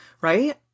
right